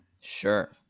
Sure